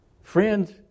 Friends